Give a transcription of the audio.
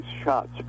shots